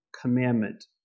commandment